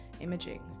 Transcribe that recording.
imaging